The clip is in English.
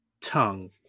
tongue